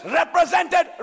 represented